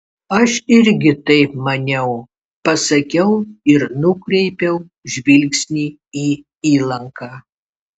aš irgi taip maniau pasakiau ir nukreipiau žvilgsnį į įlanką